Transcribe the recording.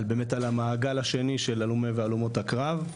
על באמת על המעגל השני של הלומי והלומות הקרב,